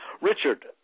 Richard